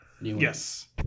Yes